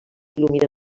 il·luminen